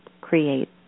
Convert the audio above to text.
create